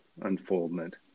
unfoldment